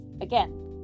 again